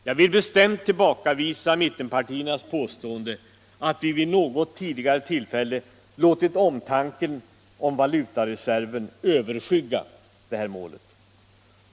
Jag vill bestämt tillbakavisa mittenpartiernas påstående att vi vid något tidigare tillfälle låtit omtanken om valutareserven överskygga detta mål.